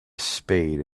spade